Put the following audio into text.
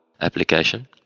application